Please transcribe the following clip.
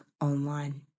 online